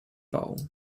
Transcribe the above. bowl